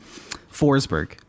Forsberg